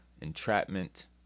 Entrapment